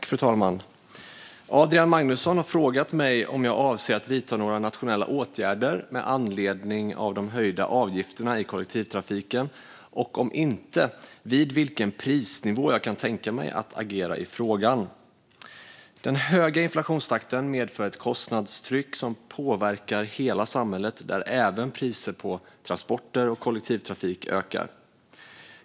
Fru talman! Adrian Magnusson har frågat mig om jag avser att vidta några nationella åtgärder med anledning av de höjda avgifterna i kollektivtrafiken och, om inte, vid vilken prisnivå jag kan tänka mig att agera i frågan. Den höga inflationstakten medför ett kostnadstryck som påverkar hela samhället, där även priser på transporter och kollektivtrafik ökar.